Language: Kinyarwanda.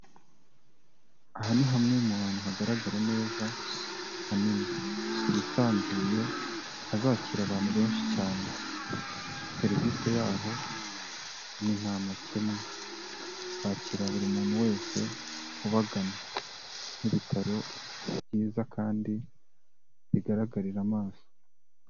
Aha ni hamwe mu hantu hagaragara neza hanini, hisanzuye hazakira abantu benshi cyane, serivisi yaho ni ntamakemwa, bakira buri muntu wese ubagana, nk'ibitaro byiza kandi bigaragarira amaso.